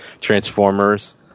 transformers